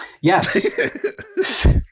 Yes